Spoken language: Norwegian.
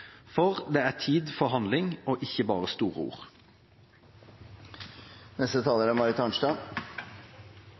Det er tid for handling og ikke bare store ord.